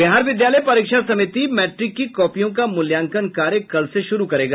बिहार विद्यालय परीक्षा समिति मैट्रिक की कॉपियों का मूल्यांकन कार्य कल से शुरू करेगा